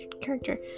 character